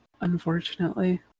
unfortunately